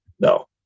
No